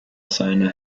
surname